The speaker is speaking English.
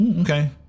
Okay